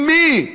עם מי?